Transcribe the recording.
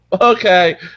okay